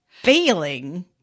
failing